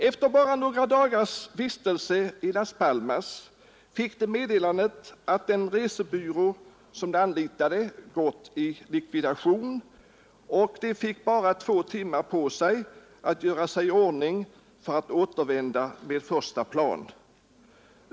Efter bara några dagars vistelse i Las Palmas kom meddelande om att den resebyrå som de anlitade gått i likvidation, och de fick bara två timmar på sig att göra sig i ordning för att återvända hem med första plan.